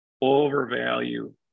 overvalue